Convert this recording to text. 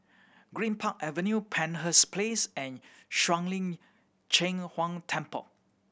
Greenpark Avenue Penshurst Place and Shuang Lin Cheng Huang Temple